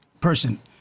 person